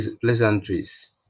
pleasantries